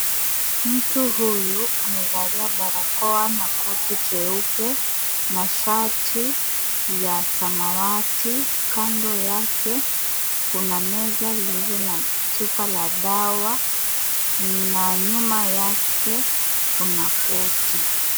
Mtu huyu amevalia barakoa na koti cheupe na shati ya samawati, kando yake, kuna meza lililo na chupa la dawa na nyuma yake kuna koti.